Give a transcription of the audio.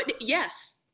Yes